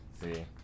See